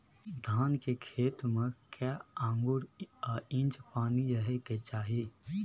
धान के खेत में कैए आंगुर आ इंच पानी रहै के चाही?